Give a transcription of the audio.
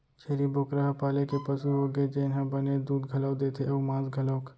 छेरी बोकरा ह पाले के पसु होगे जेन ह बने दूद घलौ देथे अउ मांस घलौक